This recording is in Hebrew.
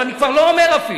אבל אני כבר לא אומר אפילו.